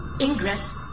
Ingress